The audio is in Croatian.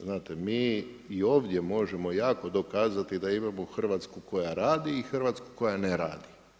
Znate, mi i ovdje možemo jako dokazati da imamo Hrvatsku koja radi i Hrvatsku koja ne radi.